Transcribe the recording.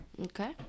Okay